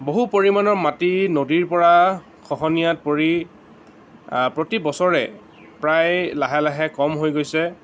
বহু পৰিমাণৰ মাটি নদীৰ পৰা খহনীয়াত পৰি প্ৰতি বছৰে প্ৰায় লাহে লাহে কম হৈ গৈছে